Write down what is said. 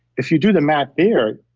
if you do the math there,